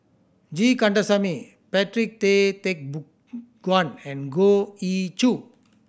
G Kandasamy Patrick Tay Guan and Goh Ee Choo